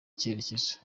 icyerekezo